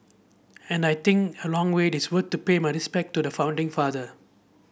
and I think a long wait is worth to pay my respect to the founding father